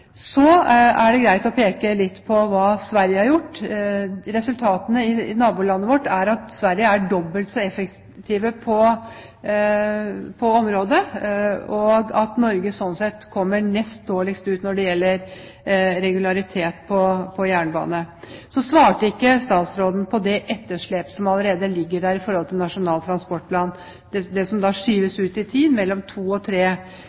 Så er det greit å peke litt på hva Sverige har gjort. Resultatene i nabolandet vårt viser at Sverige er dobbelt så effektiv på området, og at Norge sånn sett kommer nest dårligst ut når det gjelder regularitet på jernbane. Så svarte ikke statsråden på det etterslepet som allerede ligger der i forhold til Nasjonal transportplan – det som skyves ut i tid, mellom 2 og